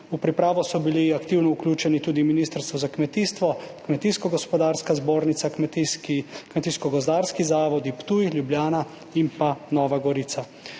V pripravo so bili aktivno vključeni tudi Ministrstvo za kmetijstvo, Kmetijsko gozdarska zbornica, kmetijsko gozdarski zavodi Ptuj, Ljubljana in Nova Gorica.